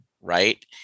right